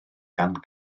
gan